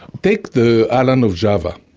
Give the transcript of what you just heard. take the island of java.